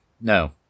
No